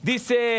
Dice